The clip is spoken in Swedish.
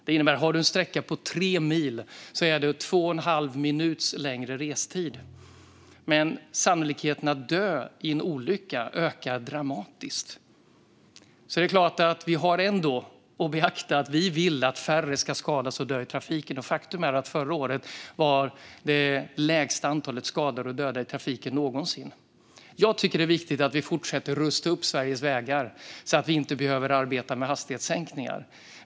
Om man har en sträcka på tre mil innebär det två och en halv minut längre restid, men sannolikheten att dö i en olycka minskar dramatiskt. Vi har ändå att beakta att vi vill att färre ska skadas och dö i trafiken. Faktum är att förra året hade vi det lägsta antalet skadade och dödade i trafiken någonsin. Jag tycker att det är viktigt att vi fortsätter att rusta upp Sveriges vägar så att vi inte behöver arbeta med hastighetssänkningar.